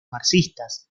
marxistas